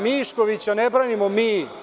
Miškovića ne branimo mi.